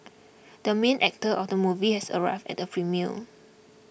the main actor of the movie has arrived at the premiere